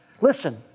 Listen